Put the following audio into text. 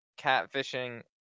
catfishing